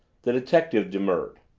the detective demurred.